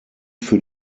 für